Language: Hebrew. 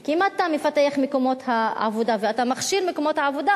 כי אם אתה מפתח מקומות עבודה ואתה מכשיר מקומות עבודה,